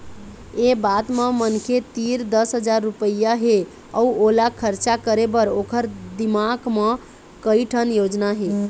ए बात म मनखे तीर दस हजार रूपिया हे अउ ओला खरचा करे बर ओखर दिमाक म कइ ठन योजना हे